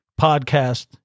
podcast